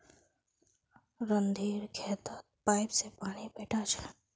रणधीर खेतत पाईप स पानी पैटा छ